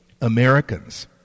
Americans